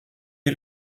est